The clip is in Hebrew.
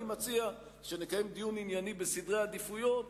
אני מציע שנקיים דיון ענייני בסדרי העדיפויות,